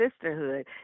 sisterhood